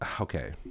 okay